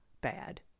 bad